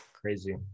crazy